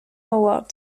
howard